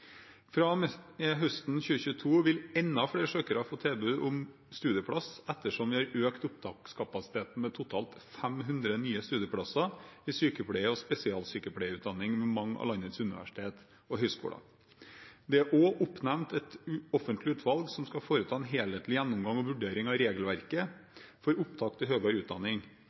Fra og med høsten 2022 vil enda flere søkere få tilbud om studieplass ettersom vi har økt opptakskapasiteten med totalt 500 nye studieplasser i sykepleier- og spesialsykepleierutdanning ved mange av landets universiteter og høyskoler. Det er også oppnevnt et offentlig utvalg som skal foreta en helhetlig gjennomgang og vurdering av regelverket for opptak til høyere utdanning.